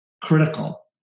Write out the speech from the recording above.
critical